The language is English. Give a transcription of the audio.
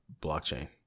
blockchain